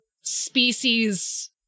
species